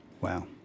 Wow